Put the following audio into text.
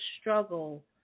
struggle